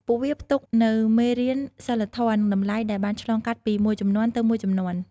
ពួកវាផ្ទុកនូវមេរៀនសីលធម៌ និងតម្លៃដែលបានឆ្លងកាត់ពីមួយជំនាន់ទៅមួយជំនាន់។